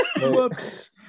Whoops